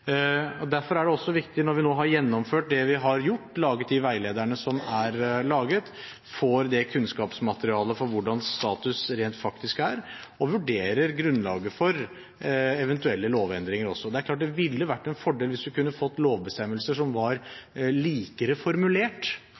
intensjoner. Derfor er det også viktig når vi nå har gjennomført det vi har gjort, laget de veilederne som er laget, og får kunnskapsmaterialet for hvordan status rent faktisk er, å vurdere grunnlaget for eventuelle lovendringer også. Det er klart at det ville vært en fordel hvis vi kunne fått lovbestemmelser som var likere formulert.